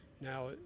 now